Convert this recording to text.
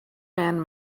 man